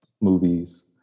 movies